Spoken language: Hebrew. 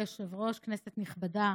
אדוני היושב-ראש, כנסת נכבדה,